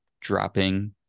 dropping